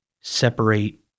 separate